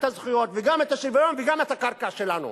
הזכויות וגם את השוויון וגם את הקרקע שלנו.